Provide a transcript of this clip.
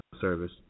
service